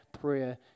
prayer